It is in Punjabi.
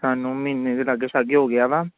ਸਾਨੂੰ ਮਹੀਨੇ ਦੇ ਲਾਗੇ ਸ਼ਾਗੇ ਹੋ ਗਿਆ ਵਾ